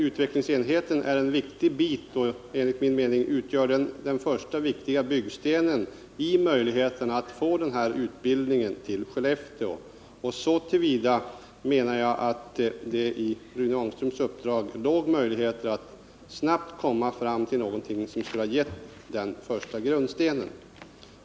Utvecklingsenheten är en viktig bit och utgör enligt min mening den första viktiga byggstenen i möjligheten att få den trätekniska utbildningen till Skellefteå. Så till vida menar jag att det i Rune Ångströms uppdrag låg möjligheter att snabbt komma fram till någonting som skulle ha lagt den första grundstenen.